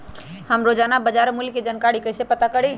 हम रोजाना बाजार मूल्य के जानकारी कईसे पता करी?